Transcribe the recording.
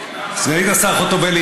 סגנית השר חוטובלי,